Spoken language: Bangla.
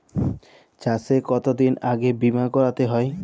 চাষে কতদিন আগে বিমা করাতে হয়?